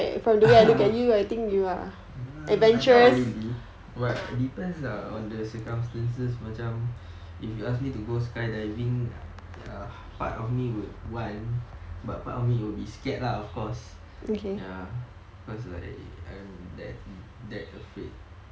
err I'm not really but depends lah on the circumstances macam if you ask me to go skydiving err part of me would want but part of me will be scared lah of course ya cause like I'm that that afraid